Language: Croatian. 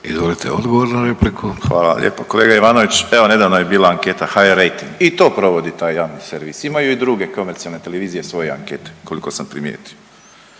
**Borić, Josip (HDZ)** Hvala vam lijepo. Kolega Ivanović, evo nedavno je bila anketa HRejting i to provodi taj javni servis, imaju i druge komercijalne televizije svoje ankete koliko sam primijetio.